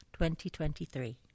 2023